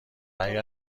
اگر